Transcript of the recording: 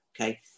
Okay